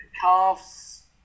Calves